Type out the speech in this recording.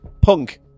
punk